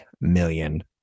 million